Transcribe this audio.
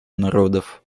народов